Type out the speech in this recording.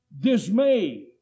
dismay